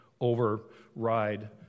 override